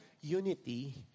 unity